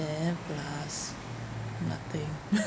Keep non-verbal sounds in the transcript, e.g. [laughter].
there plus nothing [laughs]